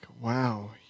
wow